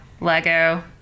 lego